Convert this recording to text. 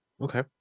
Okay